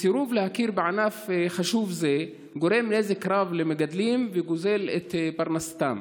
הסירוב להכיר בענף חשוב זה גורם נזק רב למגדלים וגוזל את פרנסתם.